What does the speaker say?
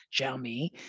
Xiaomi